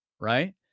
right